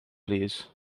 plîs